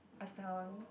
a sound